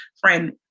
friend